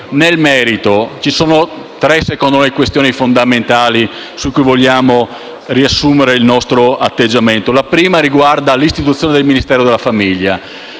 Nel merito, secondo noi ci sono tre questioni fondamentali su cui vogliamo riassumere il nostro atteggiamento. Il primo riguarda l'istituzione del Ministero per la famiglia